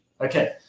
okay